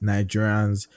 Nigerians